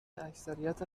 اکثریت